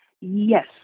Yes